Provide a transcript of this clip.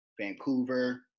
Vancouver